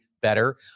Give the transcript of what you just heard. better